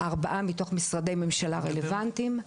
4 מתוך משרדי ממשלה רלוונטיים,